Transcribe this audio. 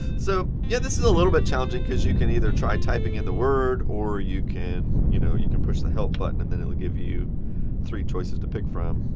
so, yeah, this is a little bit challenging because you can either try typing in the word or you can you know you can push the help button and then it will give you three choices to pick from.